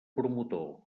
promotor